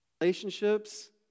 relationships